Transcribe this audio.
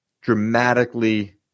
dramatically